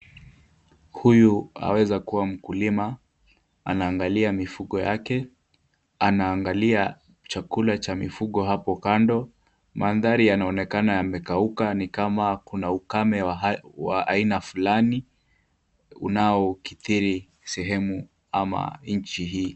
Huyu aweza kuwa mkulima . Anaangalia mifugo yake. Anaangalia chakula cha mifugo hapo kando. Mandhari yanaonekana yamekauka ni kama kuna ukame wa aina fulani unaokithiri sehemu ama nchi hii.